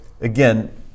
again